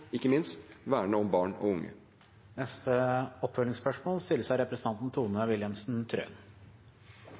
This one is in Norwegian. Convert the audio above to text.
ikke minst å verne om barn og unge. Tone Wilhelmsen Trøen – til oppfølgingsspørsmål.